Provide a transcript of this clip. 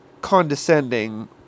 condescending